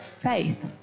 faith